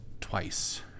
twice